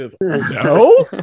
no